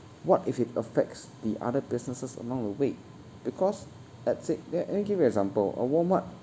what if it affects the other businesses along the way because let's say let let me give you example a walmart